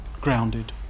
grounded